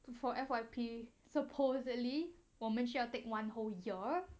for F_Y_P supposedly 我们需要 take one whole year